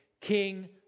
King